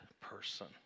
person